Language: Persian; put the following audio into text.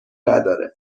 نداره